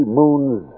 moons